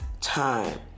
time